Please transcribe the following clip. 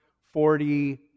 forty